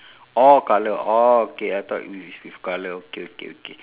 orh colour orh okay I thought it is with colour okay okay okay